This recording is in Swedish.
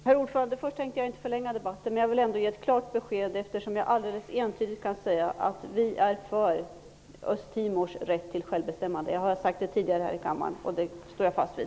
Herr talman! Först hade jag inte tänkt förlänga debatten, men jag vill ändå ge ett klart besked. Jag kan alldeles entydigt säga att vi är för Östtimors rätt till självbestämmande. Jag har sagt det tidigare här i kammaren, och det står jag fast vid.